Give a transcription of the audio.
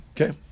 Okay